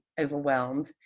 overwhelmed